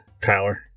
power